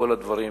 כל הדברים,